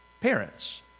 parents